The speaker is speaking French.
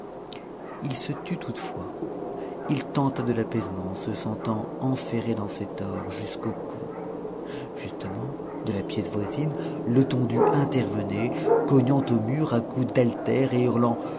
il se tut toutefois il tenta de l'apaisement se sentant enferré dans ses torts jusqu'au cou justement de la pièce voisine letondu intervenait cognant au mur à coups d'haltères et hurlant